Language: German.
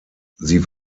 sie